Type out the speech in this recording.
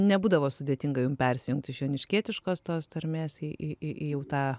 nebūdavo sudėtinga jum persijungt iš joniškietiškos tos tarmės į į į į jau tą